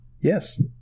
Yes